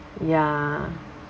ya